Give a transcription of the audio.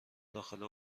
داخل